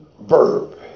verb